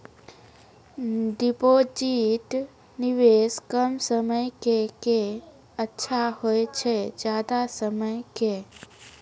Deposit निवेश कम समय के के अच्छा होय छै ज्यादा समय के?